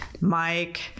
mike